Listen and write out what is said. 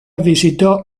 visitò